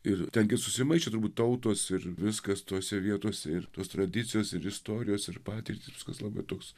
ir ten gi susimaišę turbūt tautos ir viskas tose vietose ir tos tradicijos ir istorijos ir patirtis viskas labai tiks